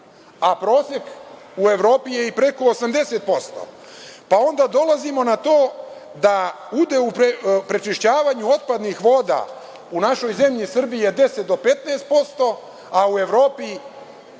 a prosek u Evropi je 80%. Onda dolazimo na to da udeo u prečišćavanju otpadnih voda u našoj zemlji Srbiji je 10 do 15%, a u Evropi